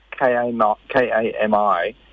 K-A-M-I